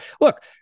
look